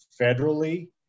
federally